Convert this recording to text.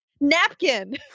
napkin